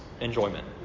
enjoyment